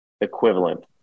equivalent